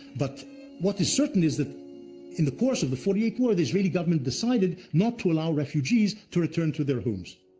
but what is certain is in the course of the forty eight war, the israeli government decided not to allow refugees to return to their homes.